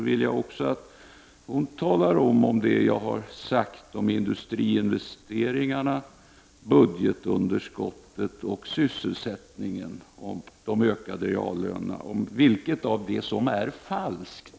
Vilket av det som jag har sagt om industriinvesteringarna, budgetunderskottet och sysselsättningen eller de ökade reallönerna är falskt?